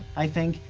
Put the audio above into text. i think.